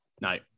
No